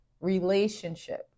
relationship